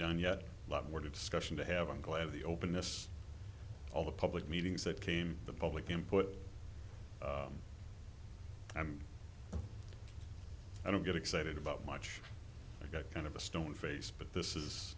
done yet a lot more discussion to have i'm glad the openness all the public meetings that came the public input and i don't get excited about much i got kind of a stone face but this is